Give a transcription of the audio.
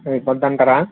సరిపోతుందంటారా